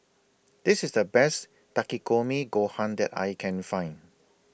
This IS The Best Takikomi Gohan that I Can Find